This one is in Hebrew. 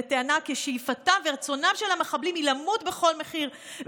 הטענה כי שאיפתם ורצונם של המחבלים הם למות בכל מחיר,